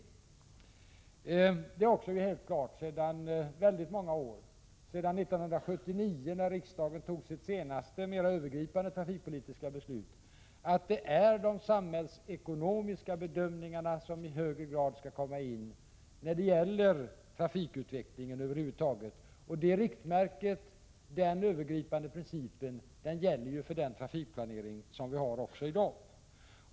Det är också helt klart sedan många år — sedan 1979, när riksdagen tog sitt senaste mer övergripande trafikpolitiska beslut — att det är de samhällseko nomiska bedömningarna som i högre grad skall komma in när det gäller trafikutvecklingen över huvud taget. Det riktmärket och den övergripande principen gäller den trafikplanering som vi har också i dag.